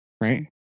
right